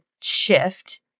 shift